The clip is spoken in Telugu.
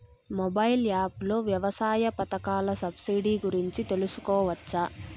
మొబైల్ యాప్ లో వ్యవసాయ పథకాల సబ్సిడి గురించి తెలుసుకోవచ్చా?